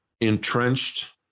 entrenched